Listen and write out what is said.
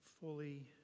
fully